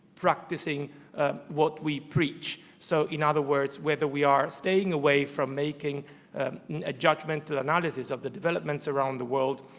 practicing what we preach, so in other words, whether we are staying away from making a judgment or analysis of the developments developments around the world,